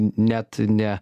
net ne